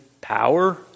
power